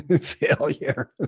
failure